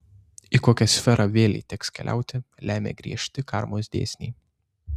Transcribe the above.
į kokią sferą vėlei teks keliauti lemia griežti karmos dėsniai